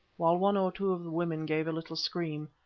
while one or two of the women gave a little scream,